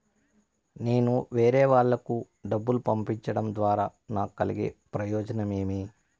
నేను వేరేవాళ్లకు డబ్బులు పంపించడం ద్వారా నాకు కలిగే ప్రయోజనం ఏమి?